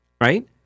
right